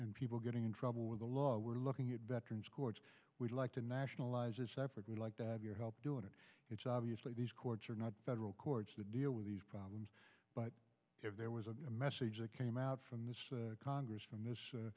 of people getting in trouble with the law we're looking at veterans courts we'd like to nationalize it separately like that your help doing it it's obviously these courts are not federal courts to deal with these problems but if there was a message that came out from the congress from this